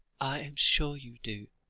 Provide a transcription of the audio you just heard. i am sure you do,